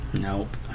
Nope